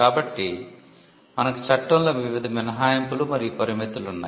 కాబట్టి మనకు చట్టంలో వివిధ మినహాయింపులు మరియు పరిమితులు ఉన్నాయి